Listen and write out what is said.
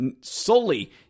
solely